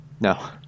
No